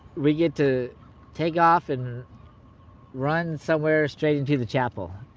we get to take off and run somewhere straight into the chapel.